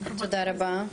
תודה רבה.